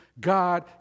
God